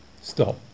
Stop